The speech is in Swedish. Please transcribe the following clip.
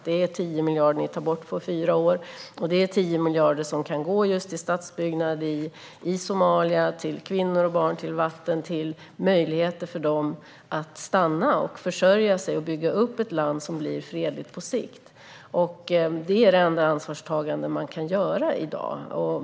Dessa 10 miljarder skulle kunna gå till statsbyggnad i Somalia, till kvinnor och barn, till vatten och till möjligheter för somalier att stanna, försörja sig och bygga upp ett land som blir fredligt på sikt. Det är det enda ansvarstagande man kan göra i dag.